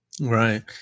Right